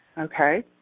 okay